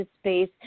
space